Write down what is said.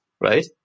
Right